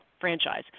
franchise